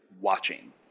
watching